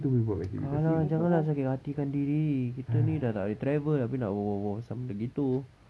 !alah! jangan lah sakit hati kan diri kita ni dah tak boleh travel abeh nak berbual-buat pasal benda gitu